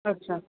अच्छा